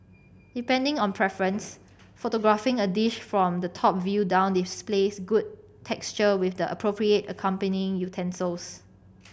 depending on preference photographing a dish from the top view down displays good texture with the appropriate accompanying utensils